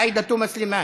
עאידה תומא סלימאן,